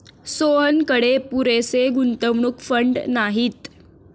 सोहनकडे पुरेसे गुंतवणूक फंड नाहीत